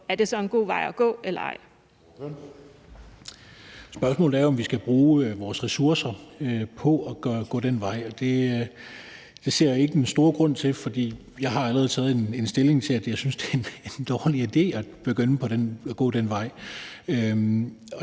Steffen Larsen (LA): Spørgsmålet er jo, om vi skal bruge vores ressourcer på at gå den vej. Det ser jeg ikke den store grund til, for jeg har allerede taget stilling til det, og jeg synes, det er en dårlig idé at begynde